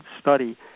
study